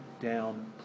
down